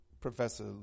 Professor